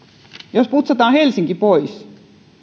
jos putsataan helsinki pois